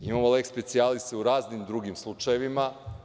Imamo leks specijalise u raznim drugim slučajevima.